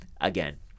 again